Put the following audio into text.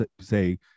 say